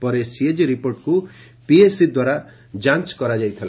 ପରେ ସିଏଜି ରିପୋର୍ଟକୁ ପିଏସି ଦ୍ୱାରା ଯାଞ୍ଚ କରାଯାଇଥିଲା